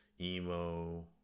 emo